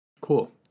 Cool